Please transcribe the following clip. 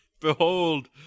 Behold